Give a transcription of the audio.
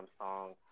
song